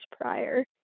prior